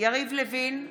יריב לוין,